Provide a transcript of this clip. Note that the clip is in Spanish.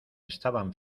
estaban